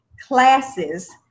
classes